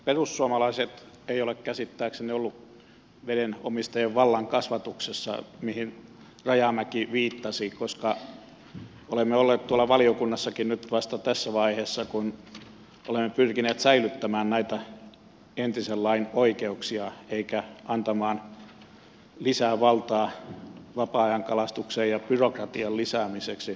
perussuomalaiset ei ole käsittääkseni ollut vesialueiden omistajien vallan kasvatuksessa mihin rajamäki viittasi koska olemme olleet tuolla valiokunnassakin nyt vasta tässä vaiheessa kun olemme pyrkineet säilyttämään näitä entisen lain oikeuksia emmekä antamaan lisää valtaa vapaa ajankalastuksen ja byrokratian lisäämiseksi